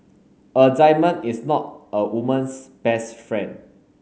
a diamond is not a woman's best friend